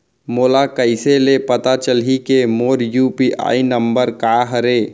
मोला कइसे ले पता चलही के मोर यू.पी.आई नंबर का हरे?